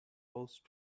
post